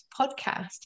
podcast